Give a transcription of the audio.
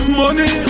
money